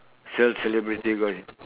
sell celebrity gossip